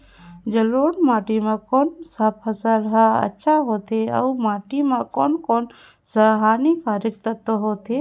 जलोढ़ माटी मां कोन सा फसल ह अच्छा होथे अउर माटी म कोन कोन स हानिकारक तत्व होथे?